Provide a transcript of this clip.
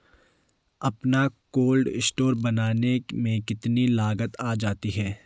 अपना cold store बनाने में कितनी लागत आ जाती है?